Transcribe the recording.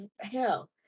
Hell